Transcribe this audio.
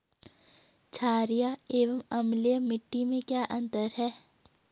छारीय एवं अम्लीय मिट्टी में क्या अंतर है?